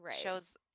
shows